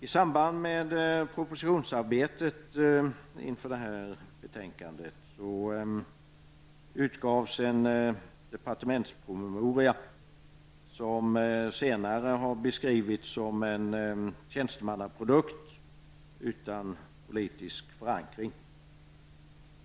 I samband med propositionsarbetet inför det här betänkandet utgavs en departementspromemoria. Den har senare beskrivits som en tjänstemannaprodukt utan politiskt förankring.